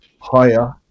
higher